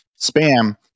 spam